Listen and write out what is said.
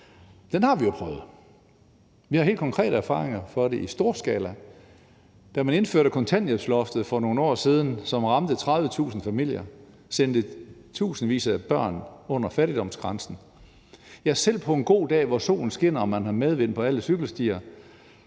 Den har vi jo prøvet. Vi har helt konkrete erfaringer med det i stor skala: Da man indførte kontanthjælpsloftet for nogle år siden, hvilket ramte 30.000 familier og sendte tusindvis af børn under fattigdomsgrænsen, fik det – selv på en god dag, hvor solen skinner og man har medvind på alle cykelstier